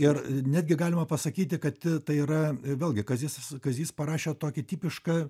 ir netgi galima pasakyti kad tai yra vėlgi kazys kazys parašė tokį tipišką